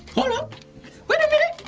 hold up wait a minute